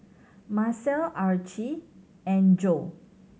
Macel Archie and Joe